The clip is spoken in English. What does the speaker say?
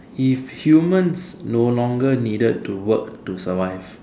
if humans no longer needed to work to survive